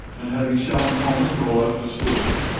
and having shown promise at a local school,